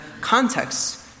context